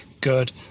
good